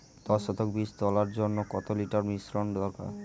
দশ শতক বীজ তলার জন্য কত লিটার মিশ্রন দরকার?